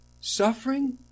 suffering